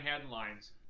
headlines